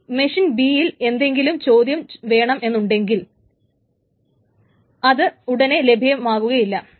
ഇനി machine B ക്ക് എന്തെങ്കിലും ചോദ്യം വേണമെന്നുണ്ടെങ്കിൽ അത് ഉടനെ ലഭ്യമാകുകയില്ല